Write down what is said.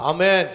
Amen